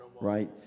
right